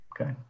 okay